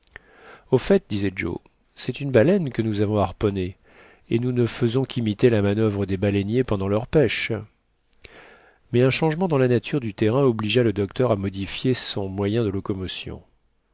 au fait disait joe c'est une baleine que nous avons harponnée et nous ne faisons qu'imiter la manuvre des baleiniers pendant leurs pêches mais un changement dans la nature du terrain obligea le docteur à modifier son moyen de locomotion